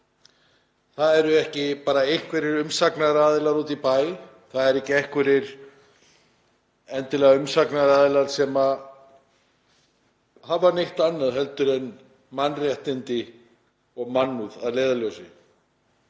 Það eru ekki bara einhverjir umsagnaraðilar úti í bæ, ekki einhverjir umsagnaraðilar sem hafa neitt annað en mannréttindi og mannúð að leiðarljósi;